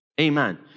Amen